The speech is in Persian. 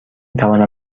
توانم